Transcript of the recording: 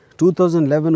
2011